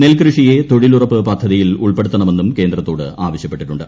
നെൽകൃഷിയെ തൊഴിലുറപ്പ് പദ്ധതിയിൽ ഉൾപ്പെടുത്തണമെന്നും കേന്ദ്രത്തോട് ആവശ്യപ്പെട്ടിട്ടുണ്ട്